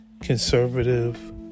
conservative